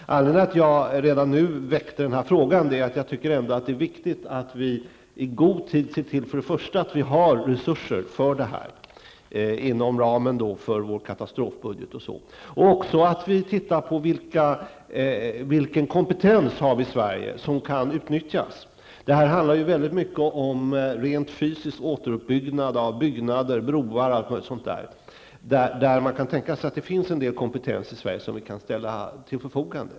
Anledningen till att jag redan nu väckte den här frågan är att det är viktigt att vi i god tid ser till att vi har resurser för detta inom ramen för vår katastrofbudget och att vi även tittar på vilken kompetens vi har i Sverige som kan utnyttjas. Detta handlar mycket om rent fysisk återuppbyggnad av byggnader, broar osv. Där kan man tänka sig att det finns en del kompetens i Sverige som vi kan ställa till förfogande.